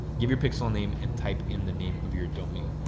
give your pixel name and type in the name of your domain.